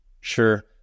Sure